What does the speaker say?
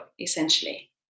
essentially